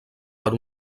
per